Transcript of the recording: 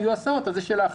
ממנה.